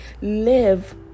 live